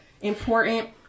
important